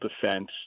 defense